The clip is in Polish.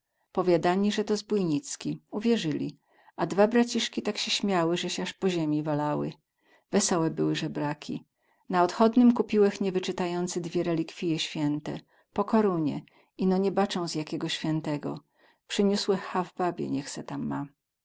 powiadani ze to zbójnicki uwierzyli a dwa braciski tak sie śmiały ze sie az po ziemi walały wesołe były zebraki na odchodnym kupiłech niewycytajęcy dwie relikwije święte po korunie ino nie bacą z jakiego świętego przyniósłech haw babie niech se ta